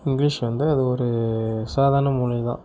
English வந்து அது ஒரு சாதாரண மொழி தான்